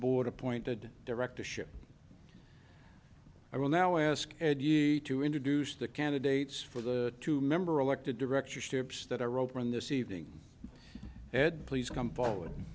board appointed directorship i will now ask to introduce the candidates for the two member elected directorships that are open this evening please come forward